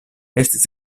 estis